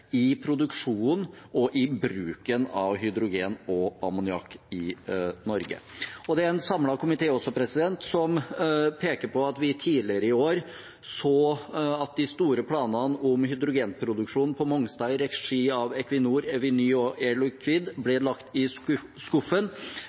i produksjon og i bruken av hydrogen og ammoniakk i Norge. Det er en samlet komité som peker på at vi tidligere i år så at de store planene om hydrogenproduksjon på Mongstad, i regi av Equinor, Eviny og Air Liquide, ble